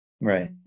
right